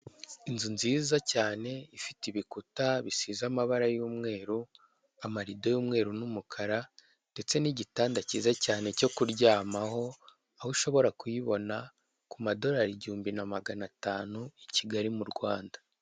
Inzu nziza cyane ifite ibikuta bisize amabara y'umweru, amarido y'umweru n'umukara ndetse n'igitanda cyiza cyane cyo kuryamaho, aho ushobora kuyibona ku madorari igihumbi na magana atanu i Kigali mu Rwanda.